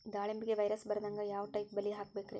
ದಾಳಿಂಬೆಗೆ ವೈರಸ್ ಬರದಂಗ ಯಾವ್ ಟೈಪ್ ಬಲಿ ಹಾಕಬೇಕ್ರಿ?